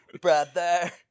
brother